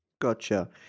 Gotcha